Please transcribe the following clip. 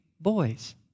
boys